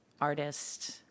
artist